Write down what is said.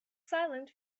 silent